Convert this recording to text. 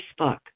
Facebook